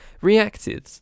reacted